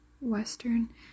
western